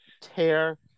tear